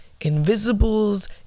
Invisibles